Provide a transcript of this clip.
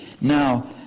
Now